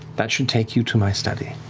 that should take you to my study.